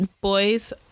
boys